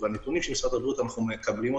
והנתונים של משרד הבריאות אנחנו מקבלים.